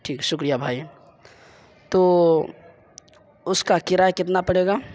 ٹھیک شکریہ بھائی تو اس کا کرایہ کتنا پڑے گا